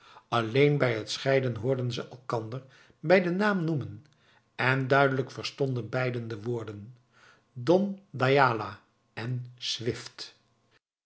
alleen bij het scheiden hoorden ze elkander bij den naam noemen en duidelijk verstonden beiden de woorden don d'ayala en swift